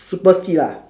super speed ah